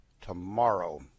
tomorrow